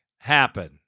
happen